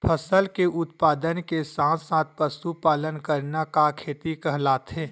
फसल के उत्पादन के साथ साथ पशुपालन करना का खेती कहलाथे?